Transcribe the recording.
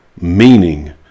meaning